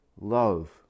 love